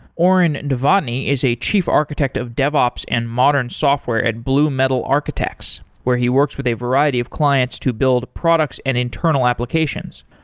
oren novotny is a chief architect of devops and modern software and blue metal architects where he works with a variety of clients to build products and internal applications.